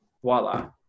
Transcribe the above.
voila